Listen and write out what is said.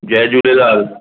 Jay Jhulelal